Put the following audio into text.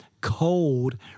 cold